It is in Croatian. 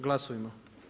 Glasujmo.